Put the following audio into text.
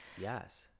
Yes